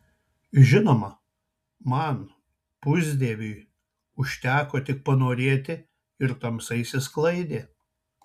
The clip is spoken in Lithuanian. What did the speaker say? žinoma man pusdieviui užteko tik panorėti ir tamsa išsisklaidė